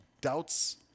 doubts